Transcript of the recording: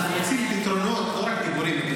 אנחנו רוצים פתרונות, לא רק דיבורים.